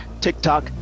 tiktok